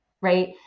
right